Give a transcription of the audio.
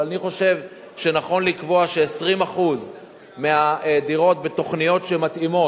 אבל אני חושב שנכון לקבוע ש-20% מהדירות בתוכניות שמתאימות.